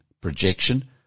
projection